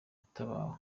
yatabawe